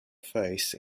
face